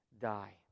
die